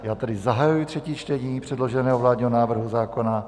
Já tedy zahajuji třetí čtení předloženého vládního návrhu zákona.